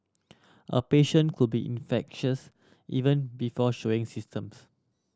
a patient could be infectious even before showing symptoms